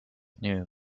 knew